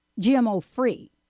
GMO-free